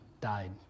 died